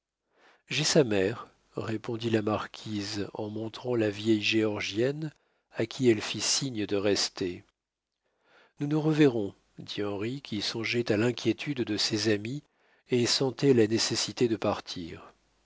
j'ai sa mère répondit la marquise en montrant la vieille géorgienne à qui elle fit signe de rester nous nous reverrons dit henri qui songeait à l'inquiétude de ses amis et sentait la nécessité de partir